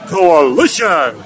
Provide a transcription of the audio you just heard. Coalition